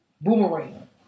Boomerang